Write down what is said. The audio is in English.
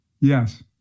yes